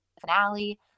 finale